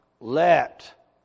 Let